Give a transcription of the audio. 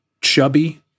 chubby